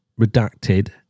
Redacted